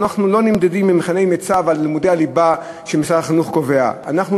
אנחנו לא נמדדים במבחני מיצ"ב על לימודי הליבה שמשרד החינוך קובע,